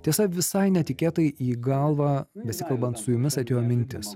tiesa visai netikėtai į galvą besikalbant su jumis atėjo mintis